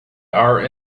our